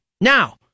Now